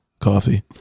coffee